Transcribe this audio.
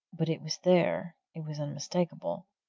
but it was there it was unmistakable.